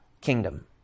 kingdom